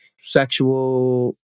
sexual